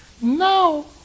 Now